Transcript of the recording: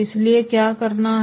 इसलिए क्या करना है